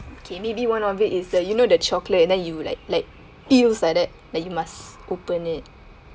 okay maybe one of it is the you know the chocolate and then you like like peels like that like you must open it